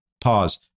Pause